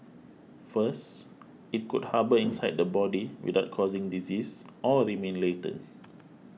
first it could harbour inside the body without causing disease or remain latent